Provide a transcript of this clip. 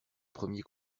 premier